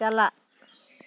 ᱪᱟᱞᱟᱜ